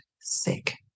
sick